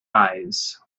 eyes